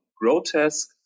grotesque